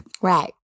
Right